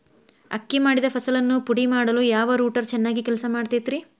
ಅಕ್ಕಿ ಮಾಡಿದ ಫಸಲನ್ನು ಪುಡಿಮಾಡಲು ಯಾವ ರೂಟರ್ ಚೆನ್ನಾಗಿ ಕೆಲಸ ಮಾಡತೈತ್ರಿ?